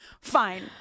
fine